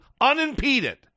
unimpeded